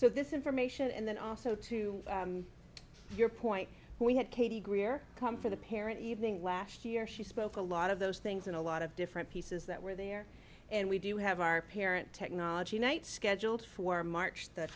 so this information and then also to your point we had katie greer come for the parent evening last year she spoke a lot of those things in a lot of different pieces that were there and we do have our parent technology night scheduled for march that